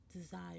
desire